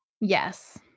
Yes